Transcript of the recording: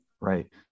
Right